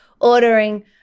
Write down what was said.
ordering